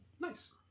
Nice